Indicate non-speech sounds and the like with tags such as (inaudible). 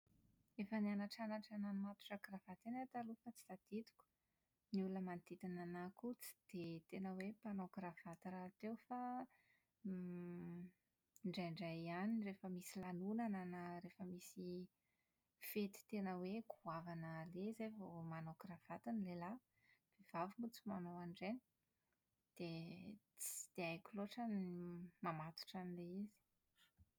Efa nianatranatra namatotra kravaty ihany aho taloha fa tsy tadidiko. Ny olona manodidina ah'ahy koa tsy dia tena hoe mpanao kravaty rahateo fa (hesitation) > indraindray ihany rehefa misy lanonana na rehefa misy fety tena hoe goavana aleha izay vao manao kravaty ny lehilahy. Ny vehivavy moa tsy manao an'ireny dia tsy dia haiko loatra ny mamatotra an'ilay izy.